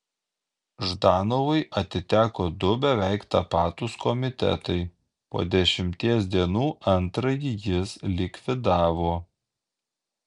ždanovui atiteko du beveik tapatūs komitetai po dešimties dienų antrąjį jis likvidavo